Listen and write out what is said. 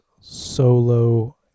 solo